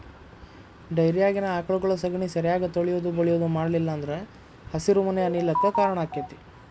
ಡೈರಿಯಾಗಿನ ಆಕಳಗೊಳ ಸಗಣಿ ಸರಿಯಾಗಿ ತೊಳಿಯುದು ಬಳಿಯುದು ಮಾಡ್ಲಿಲ್ಲ ಅಂದ್ರ ಹಸಿರುಮನೆ ಅನಿಲ ಕ್ಕ್ ಕಾರಣ ಆಕ್ಕೆತಿ